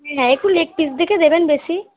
হ্যাঁ একটু leg piece দেখে দেবেন বেশি